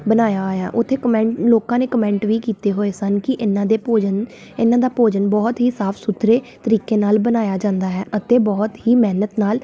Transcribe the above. ਬਣਾਇਆ ਹੋਇਆ ਉੱਥੇ ਕਮੈਂਟ ਲੋਕਾਂ ਨੇ ਕਮੈਂਟ ਵੀ ਕੀਤੇ ਹੋਏ ਸਨ ਕਿ ਇਹਨਾਂ ਦੇ ਭੋਜਨ ਇਹਨਾਂ ਦਾ ਭੋਜਨ ਬਹੁਤ ਹੀ ਸਾਫ਼ ਸੁਥਰੇ ਤਰੀਕੇ ਨਾਲ ਬਣਾਇਆ ਜਾਂਦਾ ਹੈ ਅਤੇ ਬਹੁਤ ਹੀ ਮਿਹਨਤ ਨਾਲ